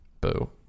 Boo